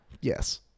Yes